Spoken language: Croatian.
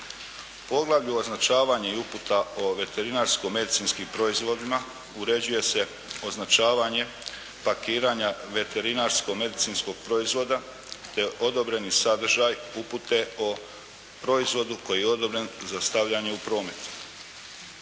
Poglavlju – Označavanje i uputa o veterinarsko-medicinskim proizvodima uređuje se označavanje pakiranja veterinarsko-medicinskog proizvoda te odobreni sadržaj upute o proizvodu koji je odobren za stavljanje u promet.